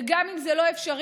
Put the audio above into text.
וגם אם זה לא אפשרי,